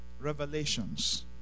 Revelations